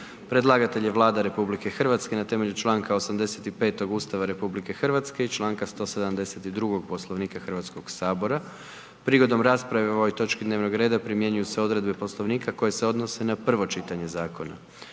Predlagatelj je Vlada RH na temelju članka 85. Ustava RH i članka 172. Poslovnika Hrvatskog sabora. Prigodom rasprave o ovoj točki dnevnog reda primjenjuju se odredbe Poslovnika koje se odnose na prvo čitanje zakona.